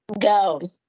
go